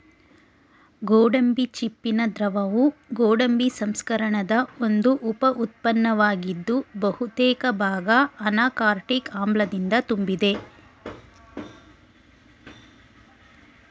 ಗೋಡಂಬಿ ಚಿಪ್ಪಿನ ದ್ರವವು ಗೋಡಂಬಿ ಸಂಸ್ಕರಣದ ಒಂದು ಉಪ ಉತ್ಪನ್ನವಾಗಿದ್ದು ಬಹುತೇಕ ಭಾಗ ಅನಾಕಾರ್ಡಿಕ್ ಆಮ್ಲದಿಂದ ತುಂಬಿದೆ